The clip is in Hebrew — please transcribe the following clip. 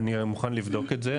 אני מוכן לבדוק את זה.